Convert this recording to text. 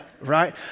right